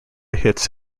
hits